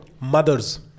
Mothers